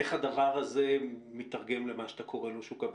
איך הדבר הזה מתרגם למה שאתה קורא לו שוק עבדים?